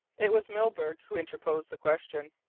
it was milburgh who interposed the question.